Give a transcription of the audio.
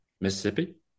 Mississippi